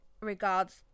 Regards